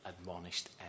admonished